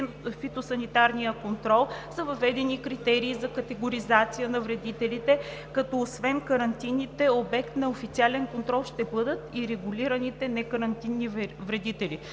фитосанитарния контрол са въведени критерии за категоризация на вредителите, като освен карантинните, обект на официален контрол ще бъдат и регулираните некарантинни вредители.